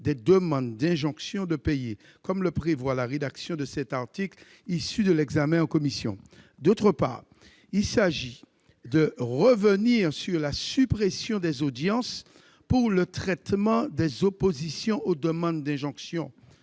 des « demandes d'injonction de payer », comme le prévoit l'article dans la rédaction issue de l'examen en commission. D'autre part, il s'agit de revenir sur la suppression des audiences pour le traitement des oppositions aux demandes d'injonction